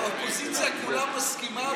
האופוזיציה כולה מסכימה,